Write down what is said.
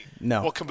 No